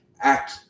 act